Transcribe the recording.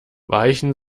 weichen